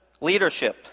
leadership